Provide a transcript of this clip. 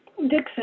Dixon